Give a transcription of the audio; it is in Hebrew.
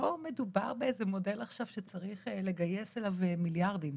מדובר באיזה מודל עכשיו שצריך לגייס אליו מיליארדים.